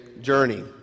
journey